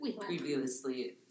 previously